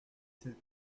sept